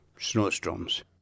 Snowstorms